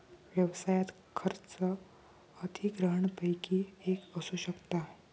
व्यवसायात खर्च अधिग्रहणपैकी एक असू शकता